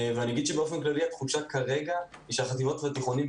אני אומר שבאופן כללי התחושה כרגע היא שהחטיבות והתיכונים,